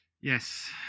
yes